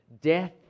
death